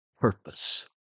purpose